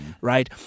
right